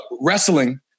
wrestling